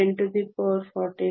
8 x 1045